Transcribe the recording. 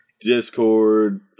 Discord